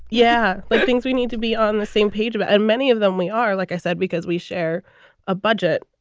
yeah, like things we need to be on the same page about. and many of them we are, like i said, because we share a budget.